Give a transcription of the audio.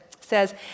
says